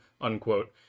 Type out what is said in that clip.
unquote